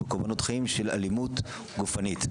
בקורבנות חיים בשל אלימות גופנית.